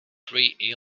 tree